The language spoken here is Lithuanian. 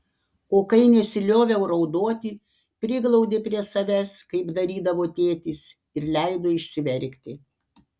o kai nesilioviau raudoti priglaudė prie savęs kaip darydavo tėtis ir leido išsiverkti